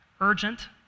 urgent